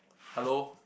hello